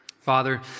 father